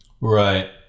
Right